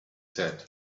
said